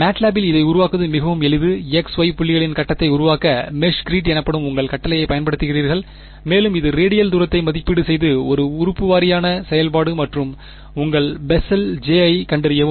மேட்லேபில் இல் இதை உருவாக்குவது மிகவும் எளிது X Y புள்ளிகளின் கட்டத்தை உருவாக்க மெஷ்கிரிட் எனப்படும் உங்கள் கட்டளையைப் பயன்படுத்துகிறீர்கள் மேலும் இது ரேடியல் தூரத்தை மதிப்பீடு செய்து இது உறுப்பு வாரியான செயல்பாடு மற்றும் உங்கள் பெசல் J ஐ க் கண்டறியவும்